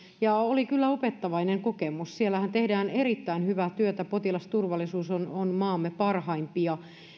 ja oli kyllä opettavainen kokemus siellähän tehdään erittäin hyvää työtä potilasturvallisuus on on maamme parhaimpia